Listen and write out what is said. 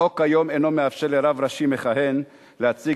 החוק היום אינו מאפשר לרב ראשי מכהן להציג